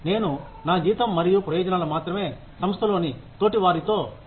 నేను నా జీతం మరియు ప్రయోజనాలను మాత్రమే సంస్థలోని తోటివారితో పోల్చను